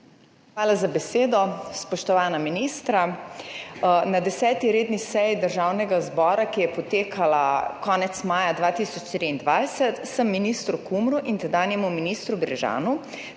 Hvala za besedo. Spoštovana ministra! Na 10. redni seji Državnega zbora, ki je potekala konec maja 2023, sem ministru Kumru in tedanjemu ministru Brežanu